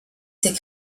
ces